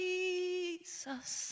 Jesus